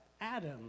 adam